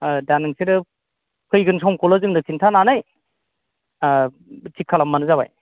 दा नोंसोरो फैगोन समखौल' जोंनो खिन्थानानै थिख खालामबानो जाबाय